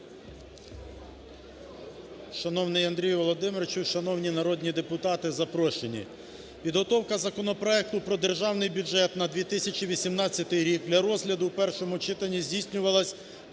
Шановний Андрію Володимировичу і шановні народні депутати, запрошені, підготовка законопроекту про Державний бюджет на 2018 рік для розгляду в першому читанні здійснювалась